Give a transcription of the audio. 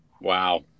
Wow